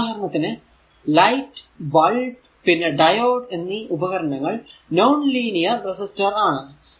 ഉദാഹരണത്തിന് light bulb പിന്നെ diode എന്നീ ഉപകരണങ്ങൾ നോൺ ലീനിയർ റെസിസ്റ്റർ ആണ്